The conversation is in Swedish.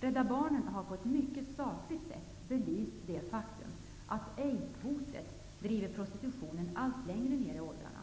Rädda Barnen har på ett mycket sakligt sätt belyst det faktum att aids-hotet driver prostitutionen allt längre ned i åldrarna.